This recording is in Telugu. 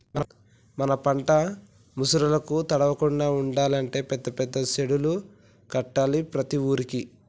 మన పంట ముసురులకు తడవకుండా ఉండాలి అంటే పెద్ద పెద్ద సెడ్డులు కట్టాలి ప్రతి ఊరుకి